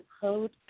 Code